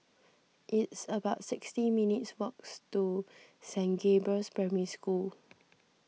it's about sixty minutes' walks to Saint Gabriel's Primary School